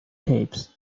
tapes